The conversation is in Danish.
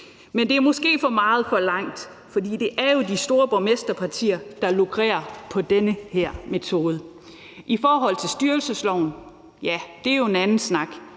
Men det er måske for meget forlangt, for det er jo de store borgmesterpartier, der lukrerer på den her metode. I forhold til styrelsesloven er det jo en anden snak.